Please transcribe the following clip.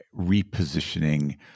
Repositioning